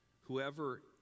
whoever